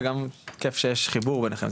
וכיף שיש חיבור ביניכם,